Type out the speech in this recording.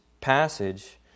passage